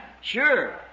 Sure